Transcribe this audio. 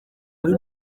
muri